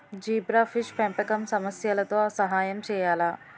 Zebrafish పెంపకం సమస్యలతో సహాయం చేయాలా?